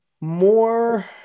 more